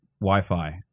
Wi-Fi